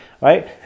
right